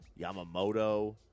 Yamamoto